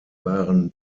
waren